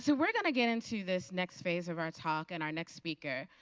so we are going to get in to this next phase of our talk and our next speaker.